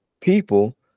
people